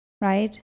right